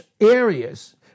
areas